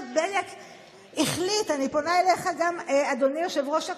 גם על זה אני אדבר.